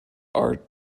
are